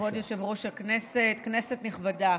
כבוד יושב-ראש הכנסת, כנסת נכבדה,